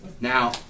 Now